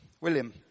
William